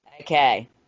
Okay